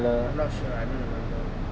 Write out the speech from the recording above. I'm not sure I don't remember